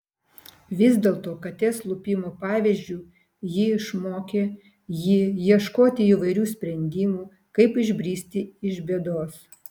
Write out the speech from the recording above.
vis dėlto katės lupimo pavyzdžiu ji išmokė jį ieškoti įvairių sprendimų kaip išbristi iš bėdos